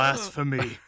Blasphemy